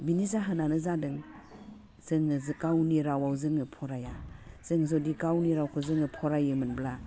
बिनि जाहोनानो जादों जोङो गावनि रावाव जोङो फराया जों जुदि गावनि रावखौ जोङो फरायोमोनब्ला